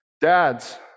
Dads